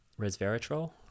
resveratrol